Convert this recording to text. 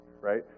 right